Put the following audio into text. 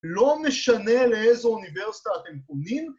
‫לא משנה לאיזו אוניברסיטה ‫אתם פונים,